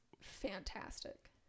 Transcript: fantastic